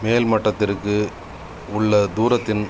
மேல் மட்டத்திற்கு உள்ள தூரத்தின்